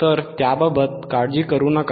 तर त्याबाबत काळजी करू नका